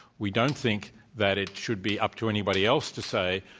we don't think that it should be up to anybody else to say,